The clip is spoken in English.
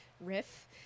riff